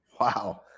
Wow